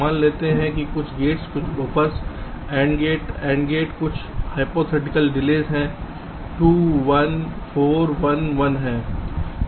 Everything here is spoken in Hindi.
मान लेते हैं कि ये कुछ गेट्स कुछ buffers AND gate AND gate कुछ हाइपोथेटिकल डिले हैं 2 1 4 1 1 हैं